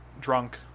drunk